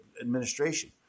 administration